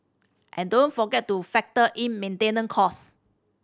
and don't forget to factor in maintenance cost